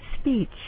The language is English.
speech